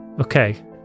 okay